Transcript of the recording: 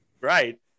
Right